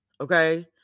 okay